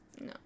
No